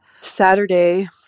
Saturday